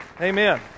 Amen